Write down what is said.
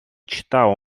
чета